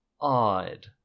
odd